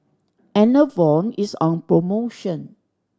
enervon is on promotion